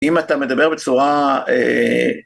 אם אתה מדבר בצורה אה